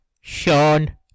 Sean